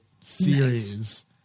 series